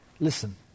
Listen